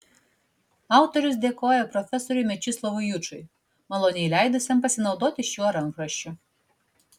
autorius dėkoja profesoriui mečislovui jučui maloniai leidusiam pasinaudoti šiuo rankraščiu